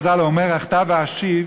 אמרו חז"ל: האומר אחטא ואשוב